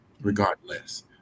regardless